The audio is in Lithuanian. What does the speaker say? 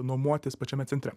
nuomotis pačiame centre